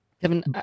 Kevin